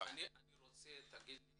רוצה שתגיד לי